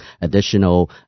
additional